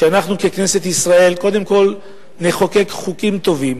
שאנחנו בכנסת ישראל קודם כול נחוקק חוקים טובים,